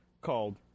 called